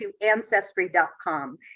Ancestry.com